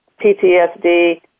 PTSD